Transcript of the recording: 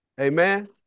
Amen